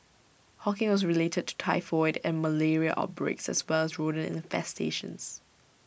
hawking was related to typhoid and malaria outbreaks as well as rodent infestations